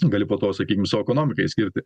gali po to sakykim mūsų ekonomikai skirti